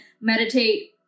meditate